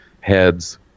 heads